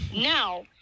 Now